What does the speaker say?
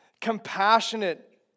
compassionate